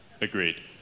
Agreed